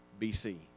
BC